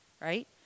right